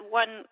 one